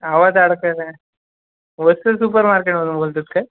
आवाज अडकायलाय वत्सल सुपर मार्केटमधून बोलत आहेत काय